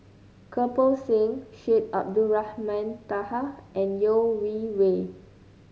Kirpal Singh Syed Abdulrahman Taha and Yeo Wei Wei